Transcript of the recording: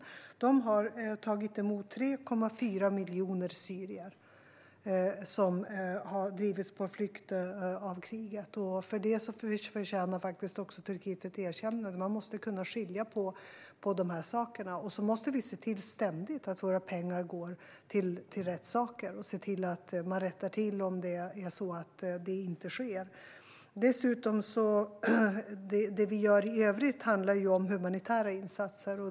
Turkiet har tagit emot 3,4 miljoner syrier som har drivits på flykt på grund av kriget. För detta förtjänar faktiskt Turkiet ett erkännande. Man måste kunna skilja på dessa saker. Vi måste ständigt se till att våra pengar går till rätt saker. Om det inte sker måste vi se till att det rättas till. Det som vi gör i övrigt handlar om humanitära insatser.